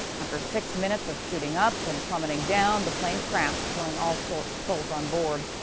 after six minutes of shooting up and plummeting down the plane crashed killing all souls souls on board.